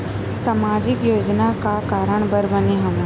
सामाजिक योजना का कारण बर बने हवे?